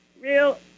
real